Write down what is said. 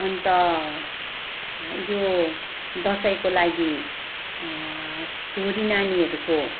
अन्त यो दसैँको लागि छोरी नानीहरूको